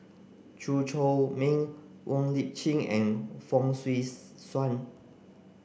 Chew Chor Meng Wong Lip Chin and Fong Swee Suan